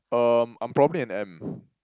um I'm probably an M